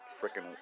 freaking